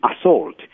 assault